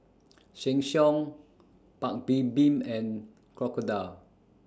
Sheng Siong Paik's Bibim and Crocodile